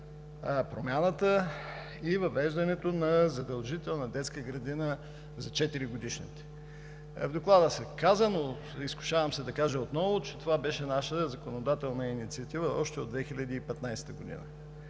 промяната и въвеждането на задължителна детска градина за 4-годишните. В Доклада е казано, изкушавам се да кажа отново, че това беше наша законодателна инициатива още от 2015 г.